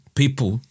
people